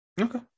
Okay